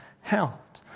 helped